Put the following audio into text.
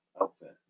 outfit